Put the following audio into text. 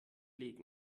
legen